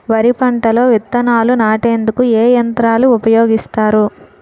వరి పంటలో విత్తనాలు నాటేందుకు ఏ యంత్రాలు ఉపయోగిస్తారు?